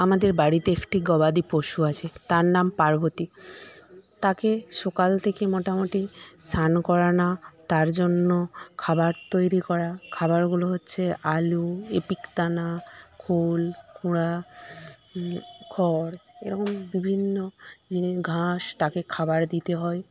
আমাদের বাড়িতে একটি গবাদি পশু আছে তার নাম পার্বতী তাকে সকাল থেকে মোটামোটি স্নান করানো তার জন্য খাবার তৈরি করা খাবারগুলো হচ্ছে আলু এপিক দানা কুল কোঁড়া খড় এরকম বিভিন্ন ঘাস তাকে খাবার দিতে হয়